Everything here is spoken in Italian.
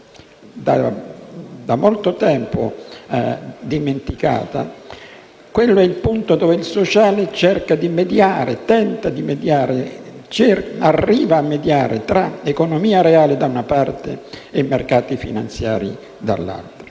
da molto tempo dimenticata, è il punto dove il sociale cerca di mediare ed arriva a mediare, tra economia reale da una parte e mercati finanziari dall'altra.